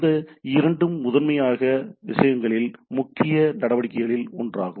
இந்த இரண்டும் முதன்மையாக விஷயங்களின் முக்கிய நடவடிக்கைகளில் ஒன்றாகும்